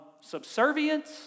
subservience